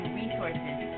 resources